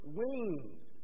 wings